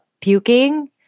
puking